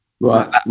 Right